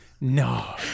No